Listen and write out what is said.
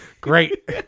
great